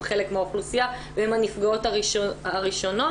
חלק מהאוכלוסייה והן הנפגעות הראשונות,